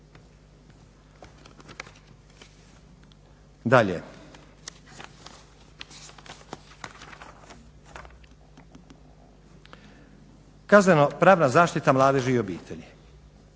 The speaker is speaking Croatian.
Dalje, kazneno pravna zaštita mladeži i obitelji.